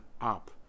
up